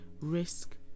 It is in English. risk